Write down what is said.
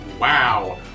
Wow